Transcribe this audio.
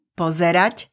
pozerať